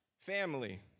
Family